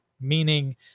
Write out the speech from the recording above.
meaning